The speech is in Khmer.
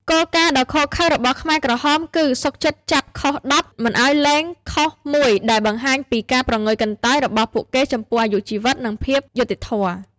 គោលការណ៍ដ៏ឃោរឃៅរបស់ខ្មែរក្រហមគឺ "សុខចិត្តចាប់ខុស ១០ មិនឱ្យលែងខុស ១" ដែលបង្ហាញពីការព្រងើយកន្តើយរបស់ពួកគេចំពោះអាយុជីវិត និងភាពយុត្តិធម៌។